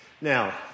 Now